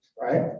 right